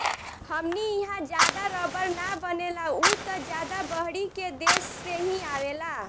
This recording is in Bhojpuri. हमनी इहा ज्यादा रबड़ ना बनेला उ त ज्यादा बहरी के देश से ही आवेला